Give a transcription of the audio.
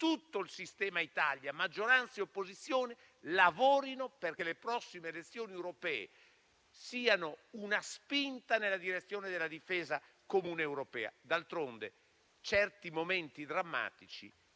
tutto il sistema Italia, maggioranza e opposizione, lavori perché le prossime elezioni europee siano una spinta nella direzione della difesa comune europea. D'altronde, certi momenti drammatici